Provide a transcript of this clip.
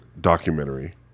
documentary